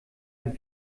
ein